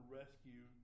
rescue